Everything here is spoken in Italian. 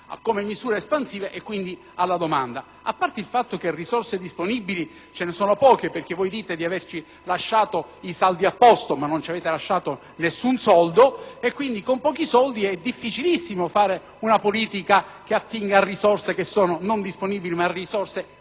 alle misure espansive e alla domanda. Ora, le risorse disponibili sono poche perché voi sostenete di averci lasciato i saldi a posto ma non ci avete lasciato nessun soldo. Quindi, con pochi soldi è difficilissimo fare una politica che attinga a risorse che sono non disponibili ma indisponibili.